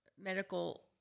medical